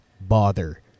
bother